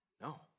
No